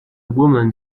woman